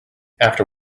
after